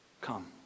Come